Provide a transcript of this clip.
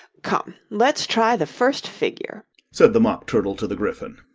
come, let's try the first figure said the mock turtle to the gryphon.